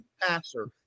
passer